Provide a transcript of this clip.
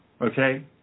Okay